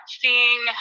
seeing